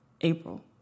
April